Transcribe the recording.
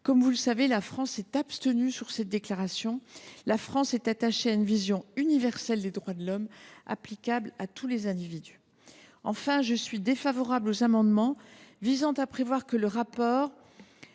Comme vous le savez, la France s’est abstenue sur cette déclaration. Nous sommes attachés à une vision universelle des droits de l’homme, applicables à tous les individus. Enfin, je suis défavorable aux amendements prévoyant que le rapport